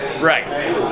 Right